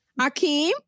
Akeem